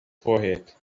forehead